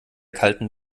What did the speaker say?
kalten